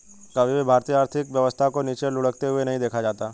कभी भी भारतीय आर्थिक व्यवस्था को नीचे लुढ़कते हुए नहीं देखा जाता है